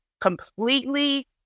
completely